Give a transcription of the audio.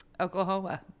Oklahoma